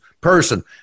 person